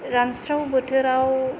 रानस्राव बोथोराव